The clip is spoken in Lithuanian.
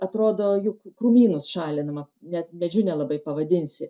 atrodo jog krūmynus šalinama net medžiu nelabai pavadinsi